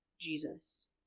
Jesus